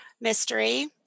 Mystery